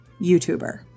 youtuber